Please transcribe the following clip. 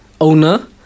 owner